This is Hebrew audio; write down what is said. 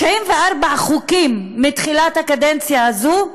94 חוקים מתחילת הקדנציה הזו,